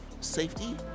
safety